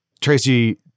Tracy